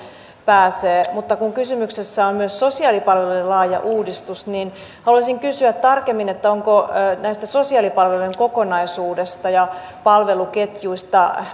pääsee mutta kun kysymyksessä on myös sosiaalipalvelujen laaja uudistus niin haluaisin kysyä tarkemmin onko sosiaalipalveluiden kokonaisuudesta ja palveluketjuista